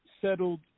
settled –